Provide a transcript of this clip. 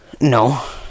No